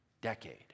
Decade